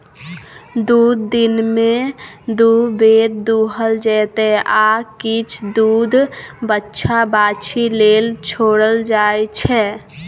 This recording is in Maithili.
दुध दिनमे दु बेर दुहल जेतै आ किछ दुध बछ्छा बाछी लेल छोरल जाइ छै